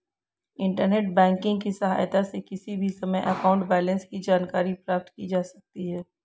internet banking की सहायता से किसी भी समय अकाउंट बैलेंस की जानकारी प्राप्त की जा सकती है